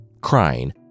crying